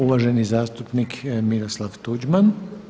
Uvaženi zastupnik Miroslav Tuđman.